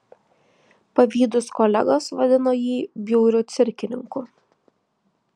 pavydūs kolegos vadino jį bjauriu cirkininku